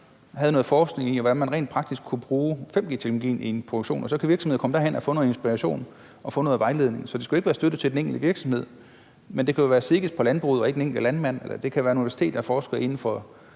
havde noget forskning i, hvordan man rent praktisk kunne bruge 5G-teknologien i en produktion. Så kan virksomheder komme derhen og få noget inspiration og få noget vejledning. Så det skulle ikke være støtte til den enkelte virksomhed, men det kunne jo være SEGES for landbruget og ikke den enkelte landmand, eller det kan være et universitet, der forsker inden for